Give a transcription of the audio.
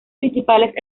principales